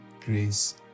grace